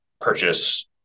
purchase